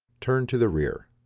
turn to the rear.